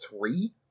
three